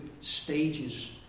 stages